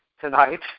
tonight